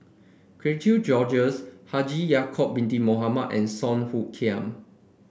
Cherian George Haji Ya'acob Bin Mohamed and Song Hoot Kiam